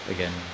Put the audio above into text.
Again